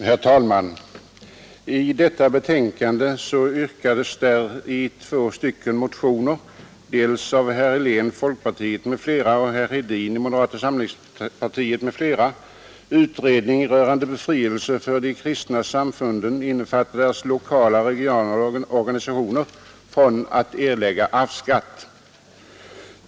Herr talman! I skatteutskottets betänkande nr 15 yrkas i två motioner, av herr Helén m.fl. och herr Hedin m.fl., tillsättande av en utredning rörande befrielse för de kristna samfunden, innefattande deras lokala och regionala organisationer, från att erlägga arvsskatt.